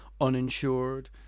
uninsured